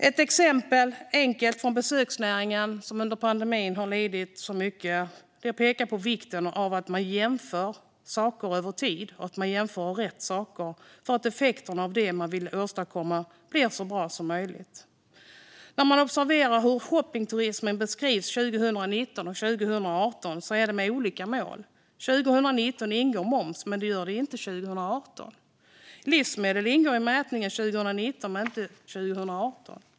Ett enkelt exempel från besöksnäringen, som har lidit så mycket under pandemin, pekar på vikten av att jämföra saker över tid och att jämföra rätt saker för att effekten av det man vill åstadkomma ska bli så bra som möjligt. När man observerar hur shoppingturismen beskrivs 2019 och 2018 ser man att det görs med olika mått. 2019 ingår moms, men 2018 ingår den inte. Livsmedel ingår i mätningen 2019 men inte 2018.